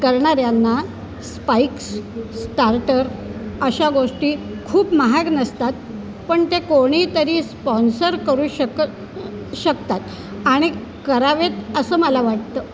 करणाऱ्यांना spikes starter अशा गोष्टी खूप महाग नसतात पण ते कोणीतरी स्पॉन्सर करू शक शकतात आणि करावेत असं मला वाटतं